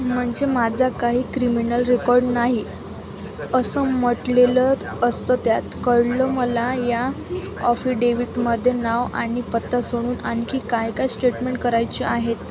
म्हणजे माझा काही क्रिमिनल रेकॉर्ड नाही असं म्हटलेलं असतं त्यात कळलं मला या ऑफिडेविटमध्ये नाव आणि पत्ता सोडून आणखी काय काय स्टेटमेंट करायचे आहेत